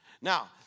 Now